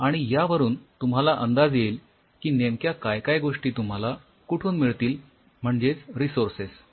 तर यावरून तुम्हाला अंदाज येईल की नेमक्या काय काय गोष्टी तुम्हाला कुठून मिळतील म्हणजेच रिसोर्सेस